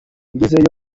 ngezeyo